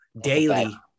daily